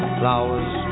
flowers